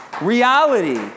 Reality